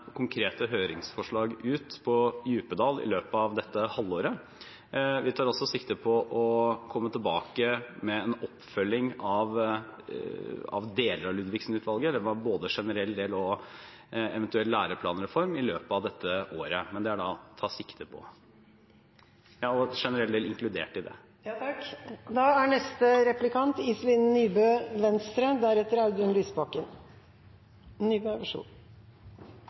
konkrete høringsforslag når det gjelder Djupedal-utvalget, i løpet av dette halvåret. Vi tar også sikte på å komme tilbake med en oppfølging av deler av Ludvigsen-utvalget – både generell del og eventuell læreplanreform – i løpet av dette året. Det tar vi sikte på, og generell del er inkludert i det. I dag er det slik at vi har skolehelsetjenesten på den ene siden, og så